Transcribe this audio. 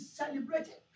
celebrated